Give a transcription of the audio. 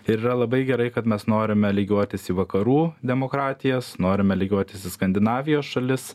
ir yra labai gerai kad mes norime lygiuotis į vakarų demokratijas norime lygiuotis į skandinavijos šalis